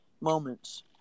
moments